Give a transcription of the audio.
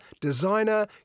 designer